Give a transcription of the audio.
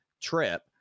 trip